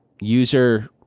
user